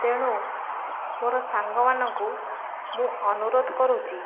ତେଣୁ ମୋର ସାଙ୍ଗମାନଙ୍କୁ ମୁଁ ଅନୁରୋଧ କରୁଛି